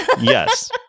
Yes